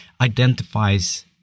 identifies